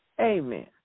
Amen